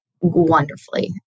wonderfully